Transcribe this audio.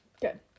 Good